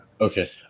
okay